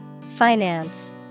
Finance